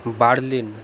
Berlin